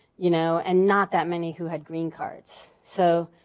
you know and not that many who had green cards. so,